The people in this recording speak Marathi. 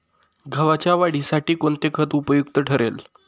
गव्हाच्या वाढीसाठी कोणते खत उपयुक्त ठरेल?